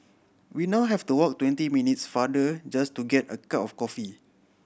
we now have to walk twenty minutes farther just to get a cup of coffee